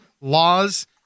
laws